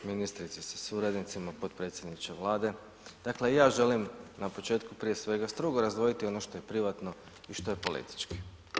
Ministrice sa suradnicima, potpredsjedniče Vlade dakle i ja želim na početku prije svega strog razdvojiti ono što je privatno i što je politički.